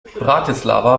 bratislava